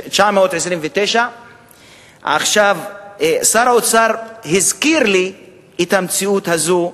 1929. עכשיו שר האוצר הזכיר לי את המציאות הזו,